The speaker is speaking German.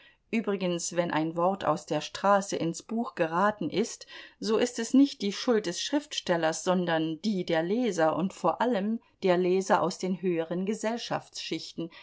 übrigens wenn ein wort aus der straße ins buch geraten ist so ist es nicht die schuld des schriftstellers sondern die der leser und vor allem der leser aus den höheren gesellschaftsschichten